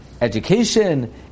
education